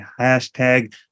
hashtag